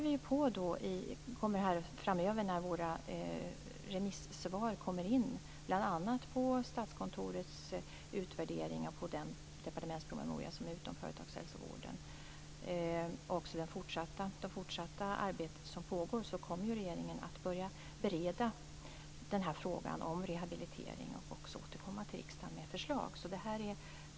Vi väntar nu på remissvar, bl.a. på Statskontorets utvärdering av departementspromemorian om företagshälsovården. I det fortsatta arbetet skall regeringen börja bereda frågan om rehabilitering och sedan återkomma till riksdagen med förslag.